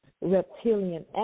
reptilian